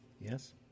Yes